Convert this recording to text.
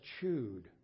chewed